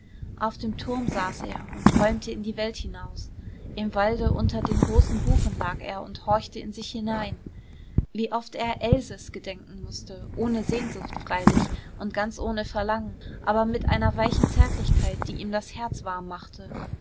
auf dem turm saß er und träumte in die welt hinaus im walde unter den großen buchen lag er und horchte in sich hinein wie oft er elses gedenken mußte ohne sehnsucht freilich und ganz ohne verlangen aber mit einer weichen zärtlichkeit die ihm das herz warm machte